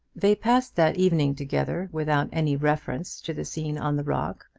they passed that evening together without any reference to the scene on the rock,